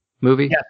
movie